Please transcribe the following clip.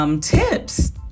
tips